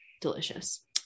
delicious